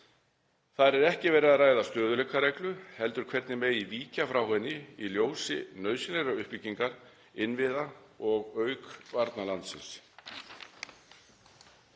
Þar er ekki verið að ræða stöðugleikareglu heldur hvernig megi víkja frá henni í ljósi nauðsynlegrar uppbyggingar innviða, auk varna landsins.